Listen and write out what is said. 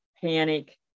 panic